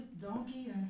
donkey